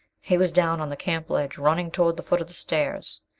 he was down on the camp ledge, running toward the foot of the stairs.